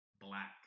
black